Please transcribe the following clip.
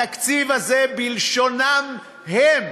התקציב הזה בלשונם הם: